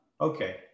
Okay